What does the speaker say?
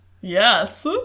Yes